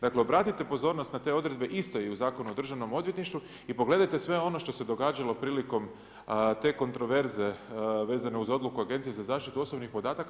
Dakle, obratite pozornost na te odredbe isto i u Zakonu o državnom odvjetništvu i pogledajte sve ono što se događalo prilikom te kontraverze vezane uz odluku Agencije za zaštitu osobnih podataka.